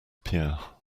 pierre